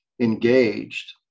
engaged